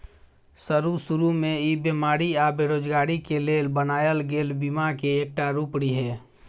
शरू शुरू में ई बेमारी आ बेरोजगारी के लेल बनायल गेल बीमा के एकटा रूप रिहे